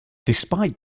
despite